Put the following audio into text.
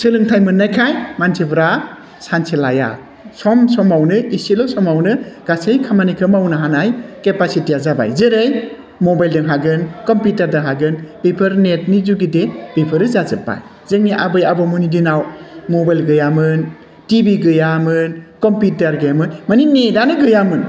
सोलोंथाइ मोन्नायखाय मानसिफोरा सानसे लाया सम समावनो इसेल' समावनो गासै खामानिखौ मावनो हानाय केपासिटिया जाबाय जेरै मबाइलजों हागोन कम्पिउटारजों हागोन बेफोर नेटनि जुगुदे बेफोरो जाजोब्बाय जोंनि आबै आबौमोननि दिनाव मबाइल गैयामोन टिभि गैयामोन कम्पिउटार गैयामोन माने नेटयानो गैयामोन